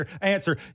answer